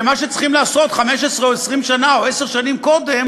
שמה שהיו צריכים לעשות 15 או 20 שנה או עשר שנים קודם